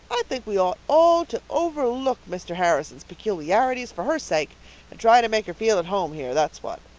i think we ought all to overlook mr. harrison's peculiarities for her sake and try to make her feel at home here, that's what.